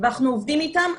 ואנחנו עובדים איתם.